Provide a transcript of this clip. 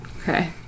Okay